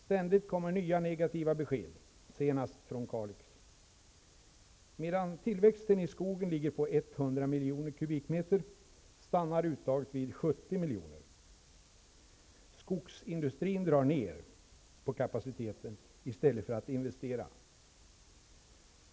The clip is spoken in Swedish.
Ständigt kommer nya negativa besked, senast budet från Kalix. Medan tillväxten i skogen ligger på 100 miljoner kubikmeter, stannar uttaget på vid 70 miljoner. Skogsindustrin drar ner på kapaciteten i stället för att investera.